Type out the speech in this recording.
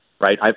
right